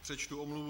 Přečtu omluvu.